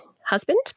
husband